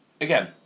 Again